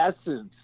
essence